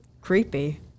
creepy